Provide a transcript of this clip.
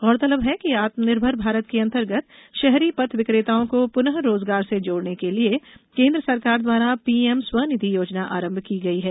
गौरतलब है कि आत्मनिर्भर भारत के अंतर्गत शहरी पथ विक्रेताओं को पुनः रोजगार से जोड़ने के लिए केन्द्र सरकार द्वारा पीएम स्वनिधि योजना आरंभ की गई है